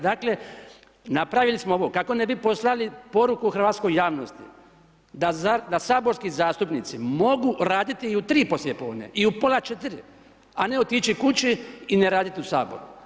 Dakle, napravili smo ovo, kako ne bi poslali poruku hrvatskoj javnosti, da saborski zastupnici mogu raditi i u 3 poslijepodne, i u pola 4, a ne otići kući i ne raditi u Saboru.